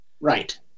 Right